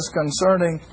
concerning